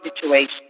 situation